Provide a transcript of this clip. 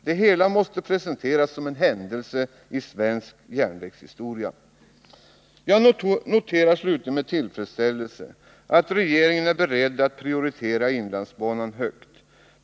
Det hela måste presenteras som en ”händelse” i svensk järnvägshistoria. Jag noterar slutligen med tillfredsställelse att regeringen är beredd att prioritera inlandsbanan högt.